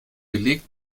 beleg